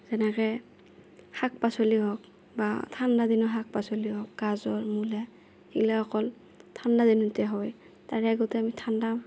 যেনেকৈ শাক পাচলি হওক বা ঠাণ্ডা দিনৰ শাক পাচলি হওক গাজৰ মূলা সেইগিলা অকল ঠাণ্ডা দিনতহে হয় তাৰে আগতে আমি ঠাণ্ডা